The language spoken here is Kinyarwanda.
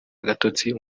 agatotsi